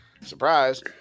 Surprise